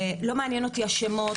לא מעניין אותי השמות,